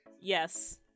yes